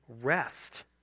rest